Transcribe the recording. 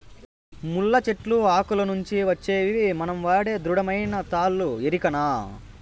ముళ్ళ చెట్లు ఆకుల నుంచి వచ్చేవే మనం వాడే దృఢమైన తాళ్ళు ఎరికనా